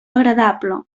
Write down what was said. agradable